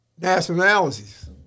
Nationalities